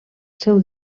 seu